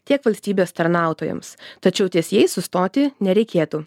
tiek valstybės tarnautojams tačiau ties jais sustoti nereikėtų